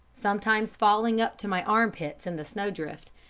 sometimes falling up to my armpits in the snowdrift,